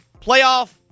playoff